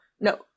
no